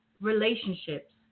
relationships